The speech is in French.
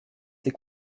ces